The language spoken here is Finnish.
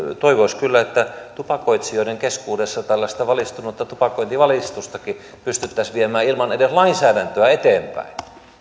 toivoisi kyllä että tupakoitsijoiden keskuudessa tällaista valistunutta tupakointivalistustakin pystyttäisiin viemään ilman lainsäädäntöä eteenpäin